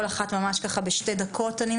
כל אחת בבקשה בשתי דקות.